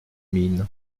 mines